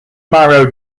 marrow